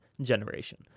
generation